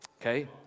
Okay